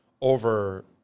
over